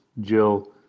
Jill